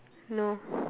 no